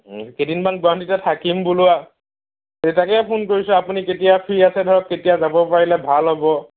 কেইদিনমান গুৱাহাটীতে থাকিম বুলো তাকে ফোন কৰিছোঁ আপুনি কেতিয়া ফ্ৰী আছে ধৰক কেতিয়া যাব পাৰিলে ভাল হ'ব